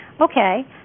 Okay